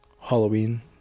Halloween